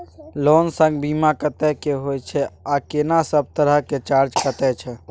Loan संग बीमा कत्ते के होय छै आ केना सब तरह के चार्ज कटै छै?